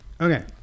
Okay